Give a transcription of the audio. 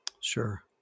Sure